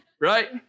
right